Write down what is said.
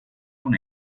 con